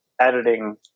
editing